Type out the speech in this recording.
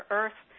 earth